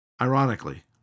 Ironically